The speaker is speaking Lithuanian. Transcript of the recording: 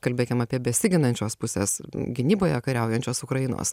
kalbėkim apie besiginančios pusės gynyboje kariaujančios ukrainos